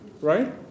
Right